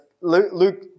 Luke